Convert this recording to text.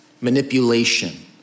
manipulation